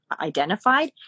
identified